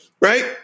right